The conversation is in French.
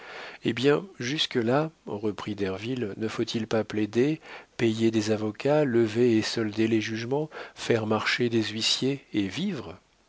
eh bien jusque-là reprit derville ne faut-il pas plaider payer des avocats lever et solder les jugements faire marcher des huissiers et vivre